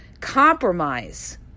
compromise